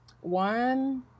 one